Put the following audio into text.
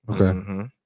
Okay